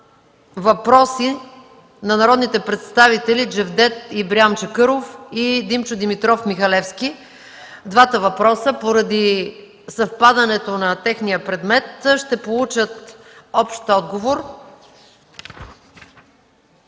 въпроси от народните представители Джевдет Ибрям Чакъров и Димчо Димитров Михалевски. Двата въпроса, поради съвпадането на техния предмет, ще получат общ отговор.